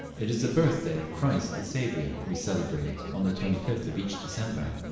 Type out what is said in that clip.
it is the birthday of christ the saviour we celebrate on the twenty-fifth of each december.